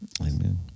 Amen